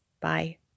Bye